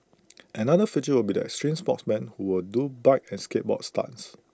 another feature will be the extreme sportsmen who will do bike and skateboard stunts